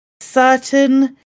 Certain